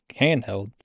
handheld